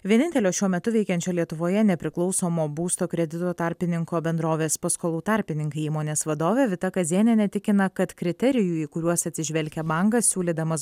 vienintelio šiuo metu veikiančio lietuvoje nepriklausomo būsto kredito tarpininko bendrovės paskolų tarpininkai įmonės vadovė vita kazėnienė tikina kad kriterijų į kuriuos atsižvelgia bankas siūlydamas